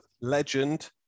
legend